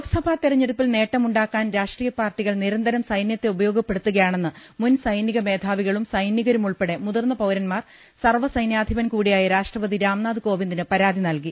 ലോക്സഭാ തെരഞ്ഞെടുപ്പിൽ നേട്ടമുണ്ടാക്കാൻ രാഷ്ട്രീയ പാർട്ടികൾ നിരന്തരം സൈന്യത്തെ ഉപയോഗപ്പെടുത്തുകയാണെന്ന് മുൻ സൈനിക മേധാവികളും സൈനികരുമുൾപ്പെടെ മുതിർന്ന പൌരന്മാർ സർവസൈന്യാധിപൻ കൂടിയായ രാഷ്ട്രപതി രാംനാഥ് കോവിന്ദിന് പരാതി നൽകി